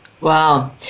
Wow